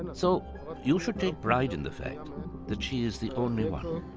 and so you should take pride in the fact that she is the only one.